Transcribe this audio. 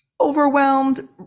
overwhelmed